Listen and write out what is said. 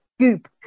Goop